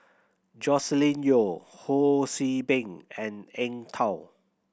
Joscelin Yeo Ho See Beng and Eng Tow